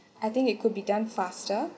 I think it could be done faster